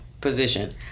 position